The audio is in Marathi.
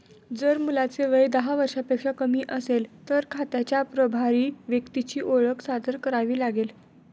जर मुलाचे वय दहा वर्षांपेक्षा कमी असेल, तर खात्याच्या प्रभारी व्यक्तीची ओळख सादर करावी लागेल